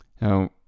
Now